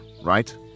right